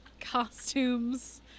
costumes